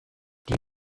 die